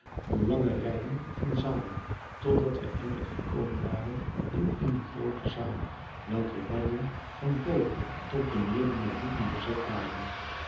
door lange rijen van zalen totdat wij eindelijk gekomen waren in eene groote zaal welker wanden van boven tot beneden met boeken bezet waren